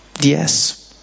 Yes